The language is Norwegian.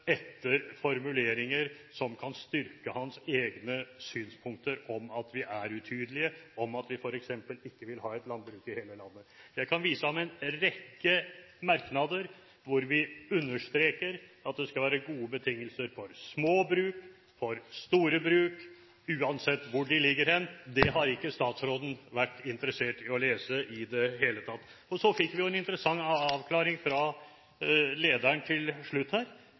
etter formuleringer som kan styrke hans egne synspunkter om at vi er utydelige, om at vi f.eks. ikke vil ha et landbruk i hele landet. Jeg kan vise ham en rekke merknader hvor vi understreker at det skal være gode betingelser for små bruk og for store bruk – uansett hvor de ligger. Det har ikke statsråden vært interessert i å lese i det hele tatt. Så fikk vi jo til slutt en interessant avklaring fra lederen,